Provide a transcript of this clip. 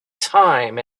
time